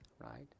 right